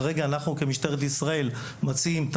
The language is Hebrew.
כרגע אנחנו כמשטרת ישראל מציעים את